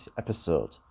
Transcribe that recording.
episode